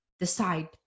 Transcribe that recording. decide